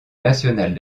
nationale